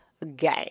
Game